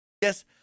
Yes